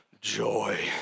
joy